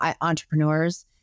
entrepreneurs